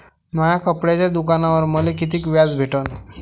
माया कपड्याच्या दुकानावर मले कितीक व्याज भेटन?